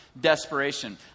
desperation